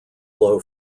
low